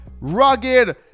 rugged